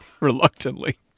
reluctantly